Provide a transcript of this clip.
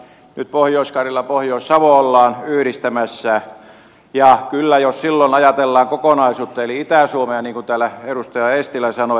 nyt pohjois karjalaa pohjois savoa ollaan yhdistämässä ja jos silloin ajatellaan kokonaisuutta eli itä suomea niin kuin täällä edustaja eestilä sanoi